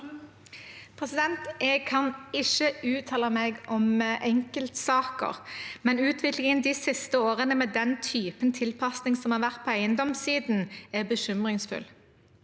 Jeg kan ikke uttale meg om enkeltsaker, men utviklingen de siste årene, med den typen tilpasning som har vært på eiendomssiden, er bekymringsfull.